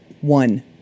one